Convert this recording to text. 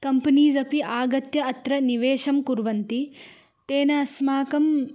companies अपि आगत्य अत्र निवेशं कुर्वन्ति तेन अस्माकम्